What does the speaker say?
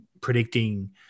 predicting